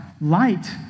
light